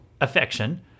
affection